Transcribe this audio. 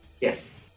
Yes